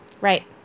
right